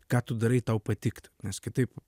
ką tu darai tau patikt nes kitaip